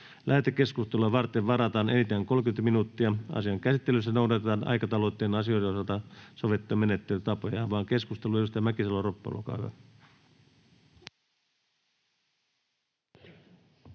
Lähetekeskustelua varten varataan enintään 30 minuuttia. Asian käsittelyssä noudatetaan aikataulutettujen asioiden osalta sovittuja menettelytapoja. — Avaan keskustelun. Edustaja Mäkisalo-Ropponen,